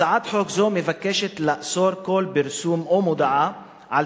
הצעת חוק זו מבקשת לאסור כל פרסום או מודעה על